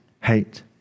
hate